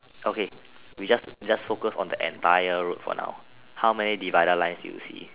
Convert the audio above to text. okay we just we just focus on the entire road for now how many divided lines do you see